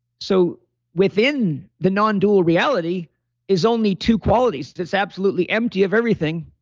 so within the nondual reality is only two qualities. that's absolutely empty of everything,